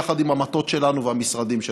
ביחד עם המטות שלנו והמשרדים שלנו.